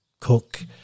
cook